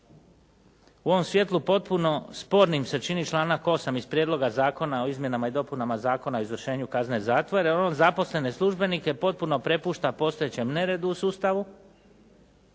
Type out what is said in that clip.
U ovom svjetlu potpuno spornim se čini članak 8. iz Prijedloga zakona o izmjenama i dopunama Zakona o izvršenju kazne zatvora, jer on zaposlene službenike potpuno prepušta postojećem neredu u sustavu.